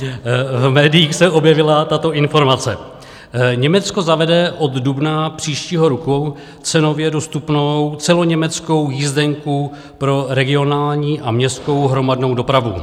V médiích se objevila tato informace: Německo zavede od dubna příštího roku cenově dostupnou celoněmeckou jízdenku pro regionální a městskou hromadnou dopravu.